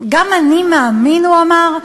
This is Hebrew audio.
"גם אני מאמין" הוא אמר,